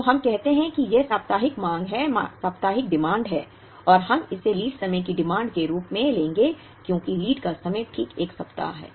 तो हम कहते हैं कि यह साप्ताहिक मांग है और हम इसे लीड समय की मांग के रूप में लेंगे क्योंकि लीड का समय ठीक 1 सप्ताह है